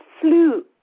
flew